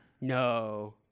No